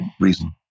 reason